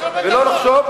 ולא לחשוב,